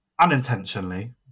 Unintentionally